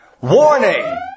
Warning